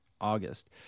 August